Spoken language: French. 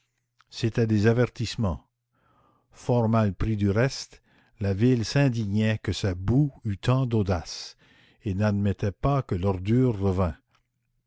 c'étaient des avertissements fort mal pris du reste la ville s'indignait que sa boue eût tant d'audace et n'admettait pas que l'ordure revînt